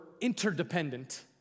interdependent